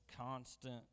constant